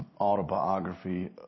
autobiography